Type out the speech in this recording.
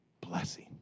blessing